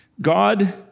God